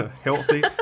healthy